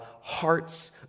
hearts